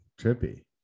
Trippy